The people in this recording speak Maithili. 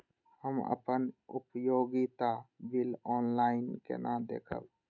हम अपन उपयोगिता बिल ऑनलाइन केना देखब?